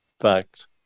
fact